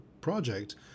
project